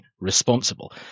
responsible